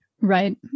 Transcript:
Right